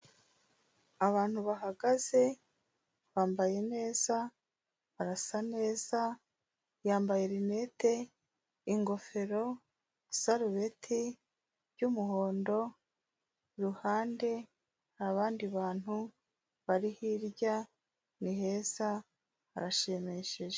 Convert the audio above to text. Abantu bahagaze bambaye neza, barasa neza, yambaye rinete, ingofero, isarubeti ry'umuhondo, kuruhande nta bandi bantu bari hirya, ni heza harashimishije.